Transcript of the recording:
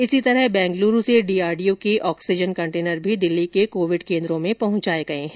इसी तरह बेंगलुरू से डीआरडीओ के ऑक्सजीन कंटेनर भी दिल्ली के कोविड केन्द्रों में पहुंचाए गए हैं